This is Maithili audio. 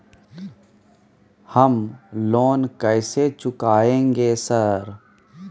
हम लोन कैसे चुकाएंगे सर?